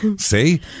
See